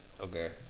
Okay